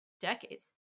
decades